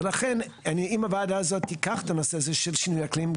ולכן אם הוועדה הזו תיקח את הנושא הזה של שינוי האקלים,